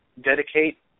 dedicate